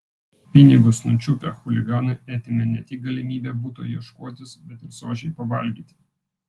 pinigus nučiupę chuliganai atėmė ne tik galimybę buto ieškotis bet ir sočiai pavalgyti